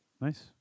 Nice